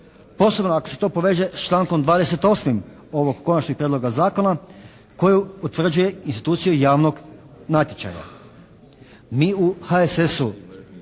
posebno ako se to poveže s člankom 28. ovog konačnog prijedloga zakona koji utvrđuje instituciju javnog natječaja. Mi u HSS-u